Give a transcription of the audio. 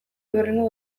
hurrengo